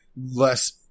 less